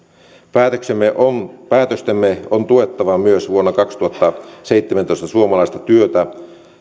päätöstemme on päätöstemme on tuettava myös vuonna kaksituhattaseitsemäntoista suomalaista työtä